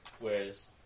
Whereas